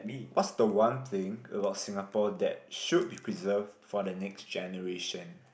what's the one thing about Singapore that should be preserved for the next generation